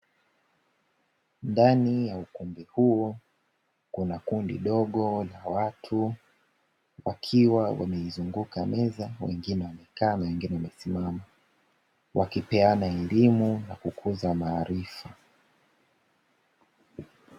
Ndani ya ukumbi huu, kuna kundi dogo la watu wakiwa wameizunguka meza wengine wamekaa na wengine wamesimama, wakipeana elimu na kukuza maarifa.